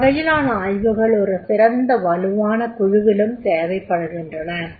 இவ்வகையிலான ஆய்வுகள் ஒரு சிறந்த வலுவான குழுவிலும் தேவைப்படுகின்றன